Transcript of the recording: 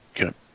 Okay